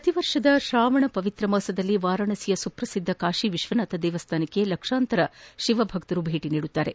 ಪ್ರತಿ ವರ್ಷದ ಸಾವನ್ ಪವಿತ್ರ ಮಾಸದಲ್ಲಿ ವಾರಣಾಸಿಯ ಸುಪ್ರಸಿದ್ದ ಕಾಶಿ ವಿಶ್ವನಾಥ ದೇಗುಲಕ್ಕೆ ಲಕ್ಷಾಂತರ ಶಿವಭಕ್ತರು ಭೇಟಿ ನೀಡುತ್ತಾರೆ